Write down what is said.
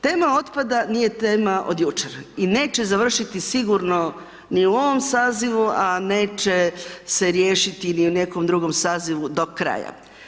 Tema otpada nije tema od jučer i neće završiti sigurno ni u ovom sazivu a neće se riješiti niti u nekom drugom sazivu do kraja.